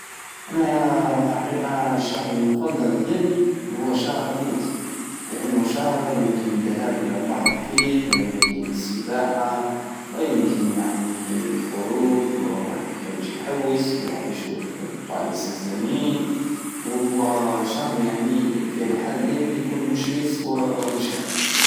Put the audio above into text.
أنا الحقيقة الشهر المفضل ديالي هو شهر أوت لأنو شهر يمكن الذهاب الى البحر فيه ويمكن السباحة ويمكن يعني الخروج واحد يخرج يحوس ويروح يشوف البلايص الزينين وهو شهر يعني فيه مشمس ومشرق